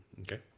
Okay